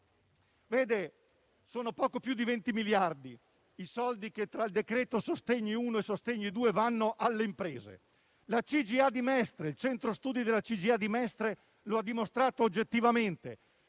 fisco, sono poco più di 20 miliardi i soldi che - tra il decreto sostegni e il decreto sostegni-*bis* - vanno alle imprese. Il centro studi della CGIA di Mestre lo ha dimostrato oggettivamente: